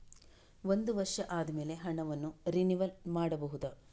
ಒಂದು ವರ್ಷ ಆದಮೇಲೆ ಹಣವನ್ನು ರಿನಿವಲ್ ಮಾಡಬಹುದ?